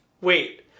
Wait